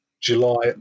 July